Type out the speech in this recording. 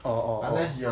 orh orh orh